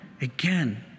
again